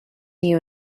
you